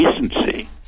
decency